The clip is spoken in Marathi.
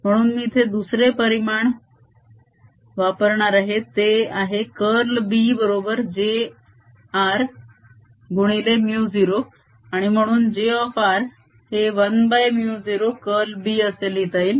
म्हणून मी इथे दुसरे परिमाण वापरणार आहे ते आहे कर्ल B बरोबर j गुणिले μ0 आणि म्हणून j हे 1μ0 कर्ल B असे लिहिता येईल